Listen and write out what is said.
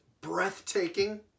breathtaking